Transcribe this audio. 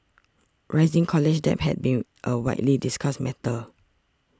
rising college debt has been a widely discussed matter